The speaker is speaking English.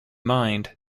mind